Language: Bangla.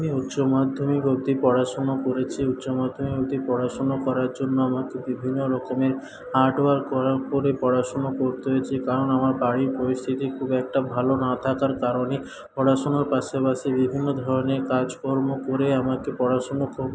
আমি উচ্চ মাধ্যমিক অবধি পড়াশুনা করেছি উচ্চ মাধ্যমিক অবধি পড়াশুনো করার জন্য আমাকে বিভিন্ন রকমের হার্ড ওয়ার্ক করে পড়াশুনো করতে হয়েছে কারণ আমার বাড়ির পরিস্থিতি খুব একটা ভালো না থাকার কারণে পড়াশোনার পাশে পাশে বিভিন্ন ধরণের কাজকর্ম করে আমাকে পড়াশুনো করতে